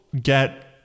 get